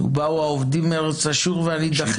"ובאו האֹבדים בארץ אשור והנדחים בארץ מצרים".